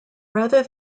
rather